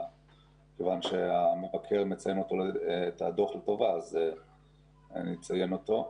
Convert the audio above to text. כיוון שהמבקר מציין את הדוח לטובה אז אני מציין אותו.